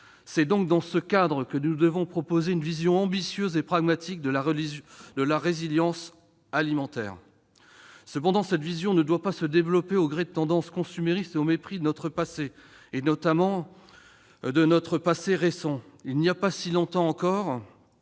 C'est dans ce cadre que nous devons proposer une vision ambitieuse et pragmatique de la résilience alimentaire. Cependant, cette vision ne doit pas se développer au gré des tendances consuméristes et au mépris de notre passé, notamment de notre passé récent. Il n'y a pas si longtemps encore,